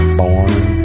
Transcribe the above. born